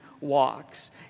walks